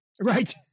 Right